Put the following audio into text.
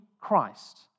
Christ